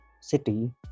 city